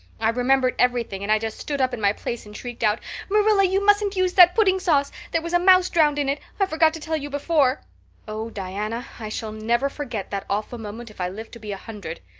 i remembered everything and i just stood up in my place and shrieked out marilla, you mustn't use that pudding sauce. there was a mouse drowned in it. i forgot to tell you before oh, diana, i shall never forget that awful moment if i live to be a hundred.